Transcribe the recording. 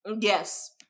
yes